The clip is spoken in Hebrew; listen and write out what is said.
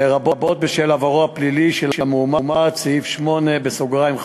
לרבות בשל עברו הפלילי של המועמד, סעיף 8(5)